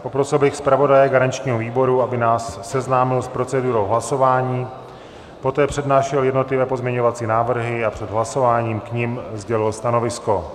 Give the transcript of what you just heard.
Poprosil bych zpravodaje garančního výboru, aby nás seznámil s procedurou hlasování, poté přednášel jednotlivé pozměňovací návrhy a před hlasováním k nim sdělil stanovisko.